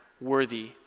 worthy